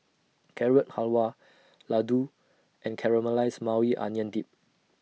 Carrot Halwa Ladoo and Caramelized Maui Onion Dip